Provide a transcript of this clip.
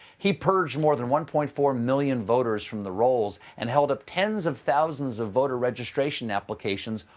he purged more than one point four million voters from the rolls and held up tens of thousands of voter registration applications,